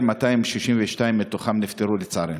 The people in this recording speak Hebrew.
ש-262 מהם נפטרו, לצערנו.